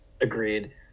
Agreed